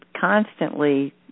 constantly